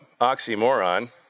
oxymoron